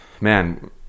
man